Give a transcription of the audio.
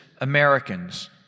Americans